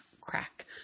crack